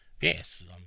yes